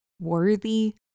worthy